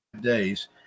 days